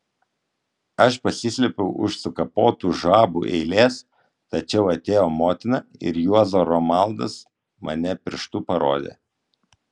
aš pasislėpiau už sukapotų žabų eilės tačiau atėjo motina ir juozo romaldas mane pirštu parodė